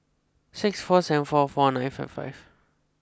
six four seven four four nine five five